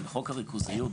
בחוק הריכוזיות,